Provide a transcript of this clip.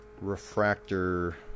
refractor